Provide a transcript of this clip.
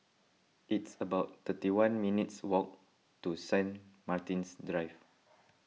it's about thirty one minutes' walk to Saint Martin's Drive